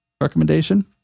recommendation